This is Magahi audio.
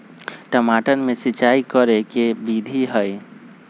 टमाटर में सिचाई करे के की विधि हई?